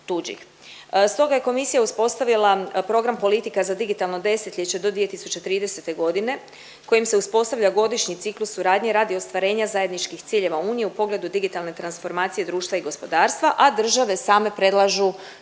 Stoga je Komisija uspostavila Program politika za digitalno desetljeće do 2030.g. kojim se uspostavlja godišnji ciklus suradnje radi ostvarenja zajedničkih ciljeva Unije u pogledu digitalne transformacije društva i gospodarstva, a države same predlažu